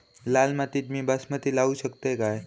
लाल मातीत मी बासमती लावू शकतय काय?